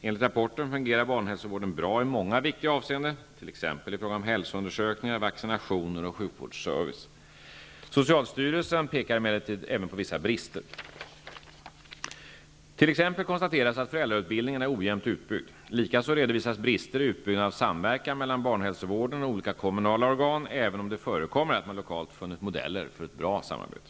Enligt rapporten fungerar barnhälsovården bra i många viktiga avseenden, t.ex. i fråga om hälsoundersökningar, vaccinationer och sjukvårdsservice. Socialstyrelsen pekar emellertid även på vissa brister. T.ex. konstateras att föräldrautbildningen är ojämnt utbyggd. Likaså redovisas brister i utbyggnaden av samverkan mellan barnhälsovården och olika kommunala organ även om det förekommer att man lokalt funnit modeller för ett bra samarbete.